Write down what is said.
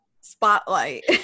spotlight